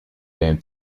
lijm